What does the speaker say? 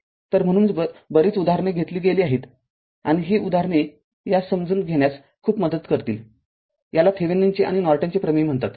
तर म्हणूनच बरीच उदाहरणे घेतली गेली आहेत आणि ही उदाहरणे यास समजून घेण्यास खूप मदत करतील याला थेविनिनचे आणि नॉर्टन प्रमेय म्हणतात